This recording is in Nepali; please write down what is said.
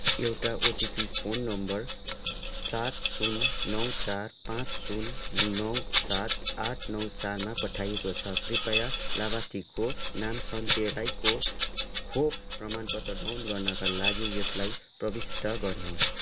एउटा ओटिपी फोन नम्बर सात सुन नौ चार पाँच सुन नौ सात आठ नौ चारमा पठाइएको छ कृपया लाभार्थीको नाम सन्ते राईको खोप प्रमाणपत्र डाउनलोड गर्नाका लागि यसलाई प्रविष्ट गर्नुहोस्